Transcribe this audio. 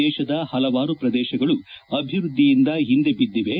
ದೇಶದ ಹಲವಾರು ಪ್ರದೇಶಗಳು ಅಭಿವೃದ್ದಿಯಿಂದ ಹಿಂದೆ ಬಿದ್ದಿವೆ